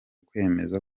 kwemeza